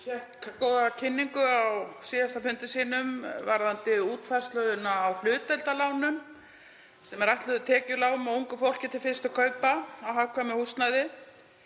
fékk góða kynningu á síðasta fundi sínum varðandi útfærsluna á hlutdeildarlánum sem eru ætluð tekjulágum og ungu fólki til fyrstu kaupa á hagkvæmu húsnæði.